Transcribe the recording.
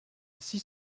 six